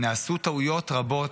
נעשו טעויות רבות,